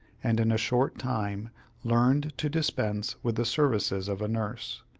and in a short time learned to dispense with the services of a nurse.